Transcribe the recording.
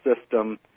system